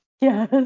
Yes